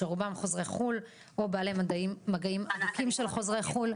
שרובם חוזרי חו"ל או בעלי מגעים הדוקים של חוזרי חו"ל.